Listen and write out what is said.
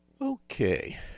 Okay